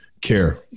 care